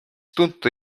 tuntud